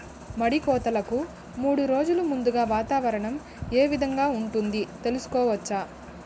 మడి కోతలకు మూడు రోజులు ముందుగా వాతావరణం ఏ విధంగా ఉంటుంది, తెలుసుకోవచ్చా?